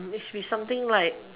it should be something like